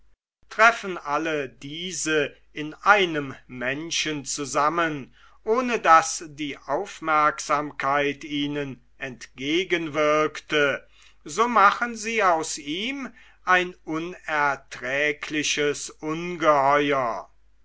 treffen alle diese in einem menschen zusammen ohne daß die aufmerksamkeit ihnen entgegenwirkte so machen sie aus ihm ein unerträgliches ungeheuer